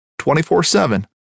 24-7